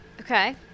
Okay